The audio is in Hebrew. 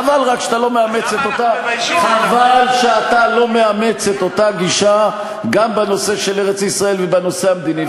חבל רק שאתה לא מאמץ את אותה גישה גם בנושא של ארץ-ישראל ובנושא המדיני.